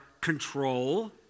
control